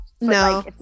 no